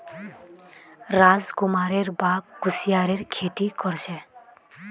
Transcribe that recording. राजकुमारेर बाप कुस्यारेर खेती कर छे